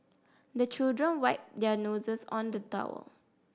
the children wipe their noses on the towel